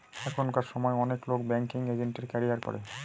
এখনকার সময় অনেক লোক ব্যাঙ্কিং এজেন্টের ক্যারিয়ার করে